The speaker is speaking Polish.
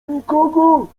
nikogo